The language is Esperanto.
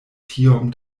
tiom